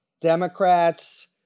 Democrats